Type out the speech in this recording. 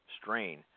strain